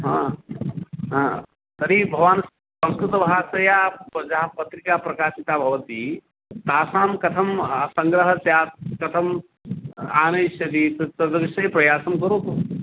हा हा तर्हि भवान् संस्कृतभाषया याः पत्रिकाः प्रकाशिताः भवन्ति तासां कथं सङ्ग्रहः स्यात् कथम् आनयिष्यति तत् तद् विषये प्रयासं करोतु